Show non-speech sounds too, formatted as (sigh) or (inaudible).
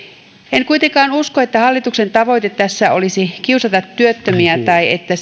en kuitenkaan usko että hallituksen tavoite tässä olisi kiusata työttömiä tai että (unintelligible)